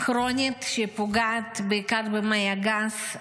כרונית שפוגעת בעיקר במעי הגס.